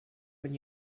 when